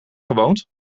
gewoond